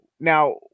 Now